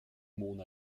mona